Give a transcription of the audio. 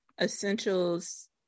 Essentials